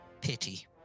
Pity